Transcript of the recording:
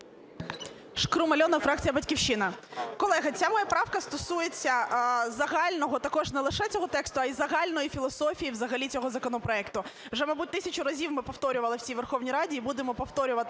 Шкрум Альона, фракція "Батьківщина". Колеги, ця моя правка стосується загального також, не лише цього тексту, а й загальної філософії взагалі цього законопроекту. Вже, мабуть, тисячу разів ми повторювали всій Верховній Раді і будемо повторювати,